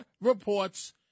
reports